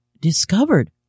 discovered